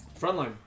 Frontline